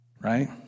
right